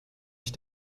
ich